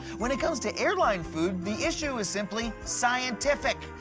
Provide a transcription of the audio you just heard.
when it comes to airline food, the issue is simply scientifi.